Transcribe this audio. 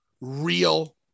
real